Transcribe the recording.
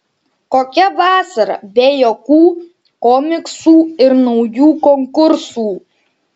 kokia vasara be juokų komiksų ir naujų konkursų